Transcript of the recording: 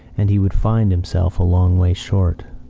and he would find himself a long way short.